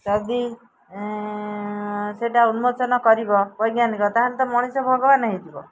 ଯଦି ସେଟା ଉନ୍ମୋଚନ କରିବ ବୈଜ୍ଞାନିକ ତାହେଲେ ତ ମଣିଷ ଭଗବାନ ହେଇଯିବ